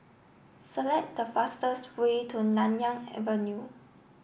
select the fastest way to Nanyang Avenue